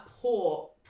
poor